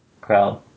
crowd